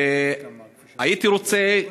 הייתי רוצה,